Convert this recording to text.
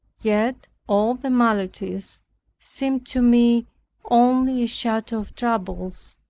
yet all the maladies seemed to me only a shadow of troubles,